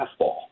fastball